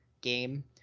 game